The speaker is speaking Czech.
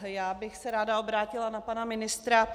Já bych se ráda obrátila na pana ministra.